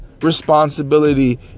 responsibility